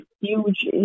huge